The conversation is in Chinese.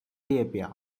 列表